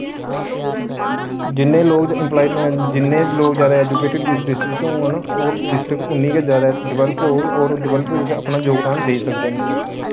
जिन्ने लोक एम्प्लाय न जिन्ने लोक जैदा एजुकेटेड जिस डिस्ट्रिक च होङन ओ डिस्ट्रिक उन्नी गै जैदा डवैलप होग और डवैलप च अपना जोगदान देई सकदे न